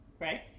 Right